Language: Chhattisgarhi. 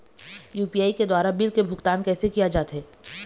यू.पी.आई के द्वारा बिल के भुगतान कैसे किया जाथे?